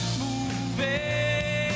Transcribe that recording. moving